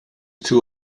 two